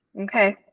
okay